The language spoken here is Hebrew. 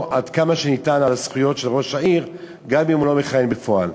עד כמה שניתן על הזכויות של ראש העיר גם אם הוא לא מכהן בפועל.